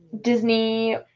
Disney